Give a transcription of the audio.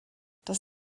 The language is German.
dass